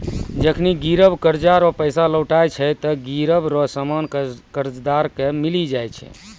जखनि गिरब कर्जा रो पैसा लौटाय छै ते गिरब रो सामान कर्जदार के मिली जाय छै